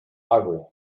ugly